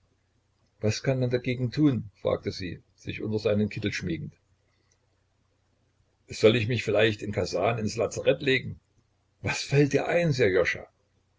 was kann man dagegen tun fragte sie sich unter seinen kittel schmiegend soll ich mich vielleicht in kasan ins lazarett legen was fällt dir ein